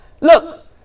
Look